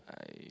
I